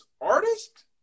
artist